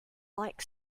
like